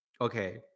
Okay